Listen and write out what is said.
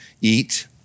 eat